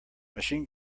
machine